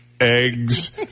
eggs